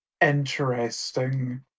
interesting